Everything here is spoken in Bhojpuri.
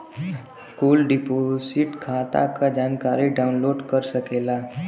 कुल डिपोसिट खाता क जानकारी डाउनलोड कर सकेला